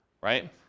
right